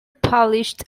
published